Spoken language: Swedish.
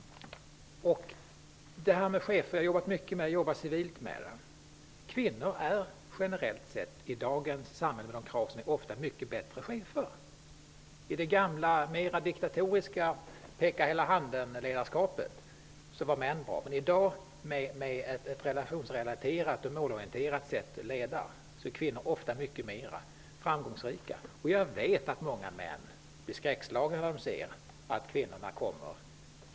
Vidare har vi frågan om chefer. Jag har jobbat civilt med denna fråga. Kvinnor är generellt sett, med de krav som ställs i dagens samhälle, ofta mycket bättre chefer. I det gamla, diktatoriska peka-medhela-handen-ledarskapet var män bra. Men med dagens mål och relationsorienterade sätt att leda är kvinnor ofta mer framgångsrika. Jag vet att många män blir skräckslagna när de ser kvinnorna komma.